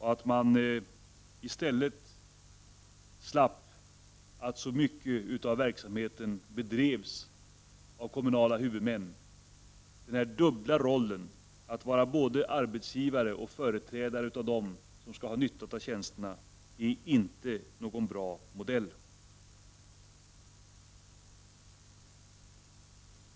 Då behövde inte så stor del av verksamheten bedrivas av kommunala huvudmän. Den här dubbla rollen att vara både arbetsgivare och företrädare för dem som skall dra nytta av tjänsterna är inte någon bra modell.